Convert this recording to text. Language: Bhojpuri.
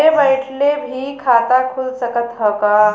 घरे बइठले भी खाता खुल सकत ह का?